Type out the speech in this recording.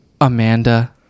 amanda